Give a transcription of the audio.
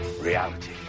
reality